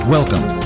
Welcome